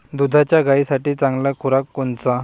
दुधाच्या गायीसाठी चांगला खुराक कोनचा?